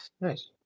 Nice